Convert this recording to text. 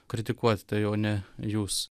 kritikuoti tą jau ne jūs